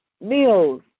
meals